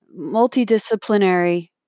Multidisciplinary